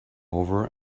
over